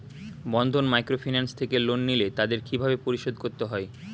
বন্ধন microfinance থেকে loan নিলে তাদের কিভাবে পরিশোধ করতে হয়?